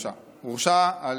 הוא הורשע.